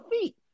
feet